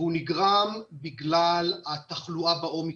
והוא נגרם בגלל התחלואה באומיקרון.